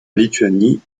lituanie